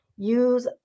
use